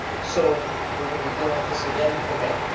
so we're going to be dealing with this again in may.